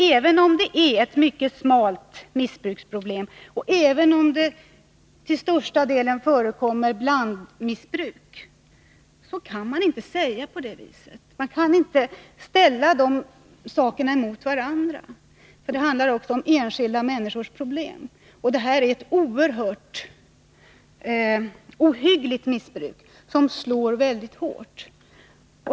Även om det är ett mycket begränsat missbruksproblem, och även om det till största delen är fråga om blandmissbruk, kan man inte göra så att man ställer de två sakerna emot varandra. Det handlar ju ändå om enskilda människors problem. Och det är ett missbruk som är ohyggligt och som slår väldigt hårt.